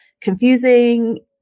confusing